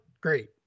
great